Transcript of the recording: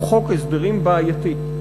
הוא חוק הסדרים בעייתי.